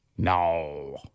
No